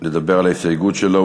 לדבר על ההסתייגות שלו.